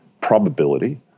probability